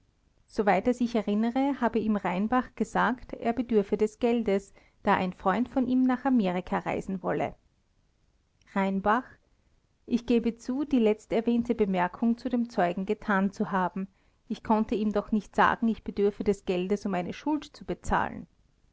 soweit er sich erinnere habe ihm rheinbach gesagt er bedürfe des geldes da ein freund von ihm nach amerika reisen wolle rheinbach ich gebe zu die letzterwähnte bemerkung zu dem zeugen getan zu haben ich konnte ihm doch nicht sagen ich bedürfe des geldes um eine schuld zu bezahlen